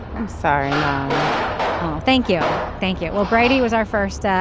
i'm sorry. um um oh thank you. thank you. well brady was our first. ah